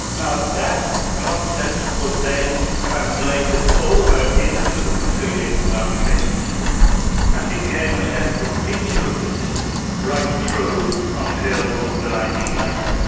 now, that concept was then translated over into the conciliation and arbitration system and became a central feature of the system right through until the nineteen ninety s.